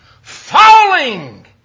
falling